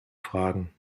fragen